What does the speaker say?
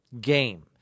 game